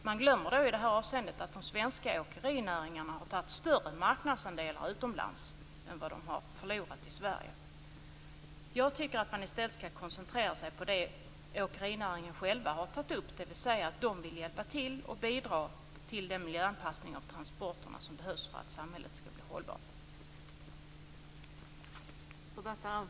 Man glömmer i det avseendet att den svenska åkerinäringen har tagit större marknadsandelar utomlands än den har förlorat i Sverige. Jag tycker att man i stället skall koncentrera sig på det som åkerinäringen själv har tagit upp, dvs. näringen vill bidra till den miljöanpassning av transporterna som behövs för att samhället skall bli hållbart.